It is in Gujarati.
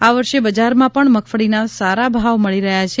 આ વર્ષે બજારમાં પણ મગફળીના ભાવ સારા મળી રહ્યાં છે